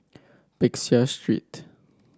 Peck Seah Street